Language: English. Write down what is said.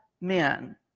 men